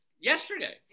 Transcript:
yesterday